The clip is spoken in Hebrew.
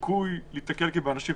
הסיכוי להיתקל באנשים,